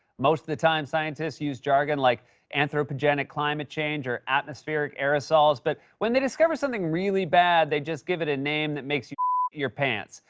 most of the time, scientists use jargon, like anthropogenic climate change or atmospheric aerosols, but, when they discover something really bad, they just give it a name that makes you your pants.